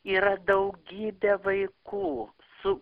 yra daugybė vaikų su